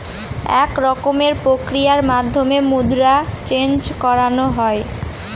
এক রকমের প্রক্রিয়ার মাধ্যমে মুদ্রা চেন্জ করানো হয়